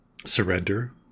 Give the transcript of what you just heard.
surrender